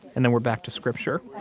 and then we're back to scripture.